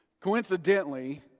Coincidentally